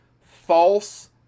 False